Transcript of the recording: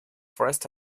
forests